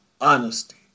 honesty